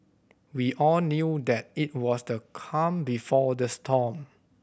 we all knew that it was the calm before the storm